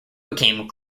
became